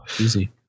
Easy